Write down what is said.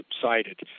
subsided